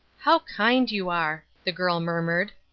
how kind you are, the girl murmured.